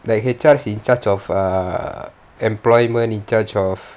like H_R in charge of err employment in charge of